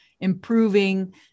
improving